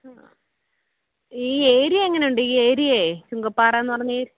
ആ ഈ ഏരിയ എങ്ങനെയുണ്ട് ഈ ഏരിയയെ ചുങ്കപ്പാറയെന്നു പറഞ്ഞ ഈ